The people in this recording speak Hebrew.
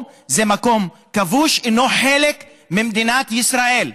זה מקום כבוש שאינו חלק ממדינת ישראל.